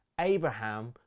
Abraham